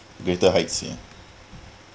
greater heights ya